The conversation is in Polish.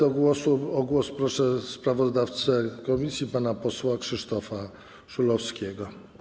O głos proszę sprawozdawcę komisji pana posła Krzysztofa Szulowskiego.